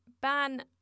Ban